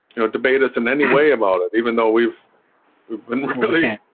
you know debate us in any way about it even though we've we've been really